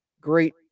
Great